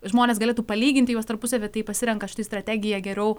žmonės galėtų palyginti juos tarpusavyje taip pasirenka štai strategiją geriau